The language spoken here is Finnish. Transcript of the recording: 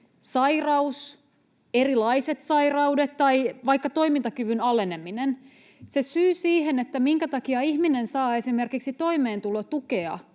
sairaus, erilaiset sairaudet tai vaikka toimintakyvyn aleneminen. Siihen, minkä takia ihminen saa esimerkiksi toimeentulotukea,